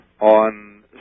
on